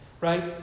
right